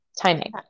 Timing